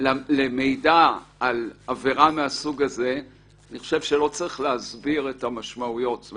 למידע על עבירה מהסוג הזה אני חושב שאני לא צריך להסביר את המשמעויות אם